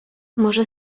może